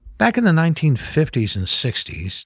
back in the nineteen fifty s and sixty s,